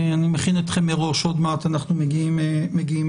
אני מכין אתכם מראש, עוד מעט אנחנו מגיעים אליכם.